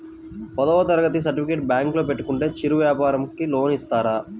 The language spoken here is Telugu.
పదవ తరగతి సర్టిఫికేట్ బ్యాంకులో పెట్టుకుంటే చిరు వ్యాపారంకి లోన్ ఇస్తారా?